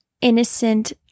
innocent